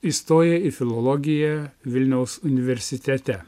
įstojai į filologiją vilniaus universitete